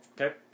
Okay